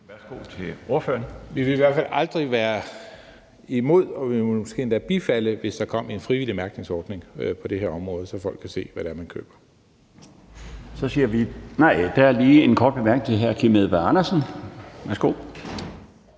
Mads Fuglede (V): Vi vil i hvert fald aldrig være imod, og vi vil måske endda bifalde det, hvis der kommer en frivillig mærkningsordning på det her område, så folk kan se, hvad det er, de køber. Kl. 16:09 Den fg. formand (Bjarne Laustsen): Der er lige en kort bemærkning fra hr. Kim Edberg Andersen. Værsgo.